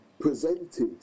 presented